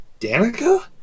Danica